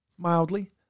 mildly